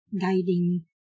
guiding